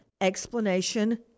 explanation